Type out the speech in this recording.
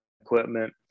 equipment